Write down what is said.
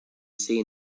say